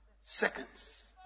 seconds